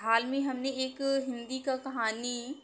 हाल में ही हमने एक हिंदी का कहानी